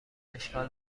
اشکال